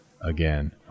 again